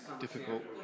difficult